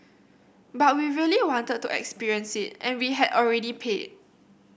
but we really wanted to experience it and we had already paid